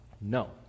no